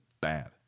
bad